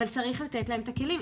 אבל צריך לתת להם את הכלים.